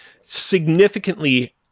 significantly